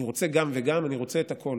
אני רוצה גם וגם, אני רוצה את הכול.